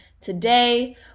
today